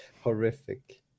horrific